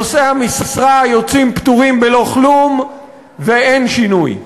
נושאי המשרה יוצאים פטורים בלא כלום, ואין שינוי.